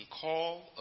call